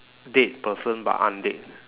dead person but undead